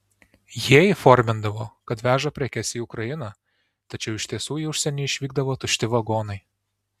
jie įformindavo kad veža prekes į ukrainą tačiau iš tiesų į užsienį išvykdavo tušti vagonai